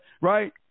right